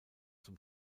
zum